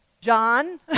John